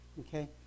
Okay